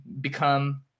become